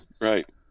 right